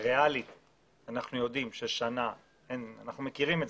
ריאלית אנחנו יודעים ששנה זה לא מספיק.